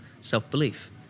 self-belief